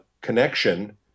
connection